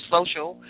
Social